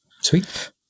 Sweet